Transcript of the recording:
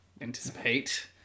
anticipate